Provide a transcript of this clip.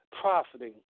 profiting